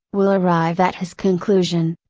will arrive at his conclusion,